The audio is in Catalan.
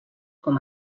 com